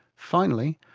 finally,